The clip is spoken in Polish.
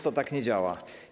To tak nie działa.